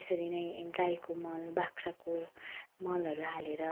यसरी नै गाईको मल बाख्राको मलहरू हालेर